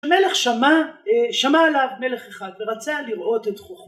‫המלך שמע, שמע עליו מלך אחד ‫ורצה לראות את חוכמתו